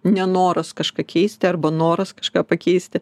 nenoras kažką keisti arba noras kažką pakeisti